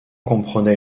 comprenait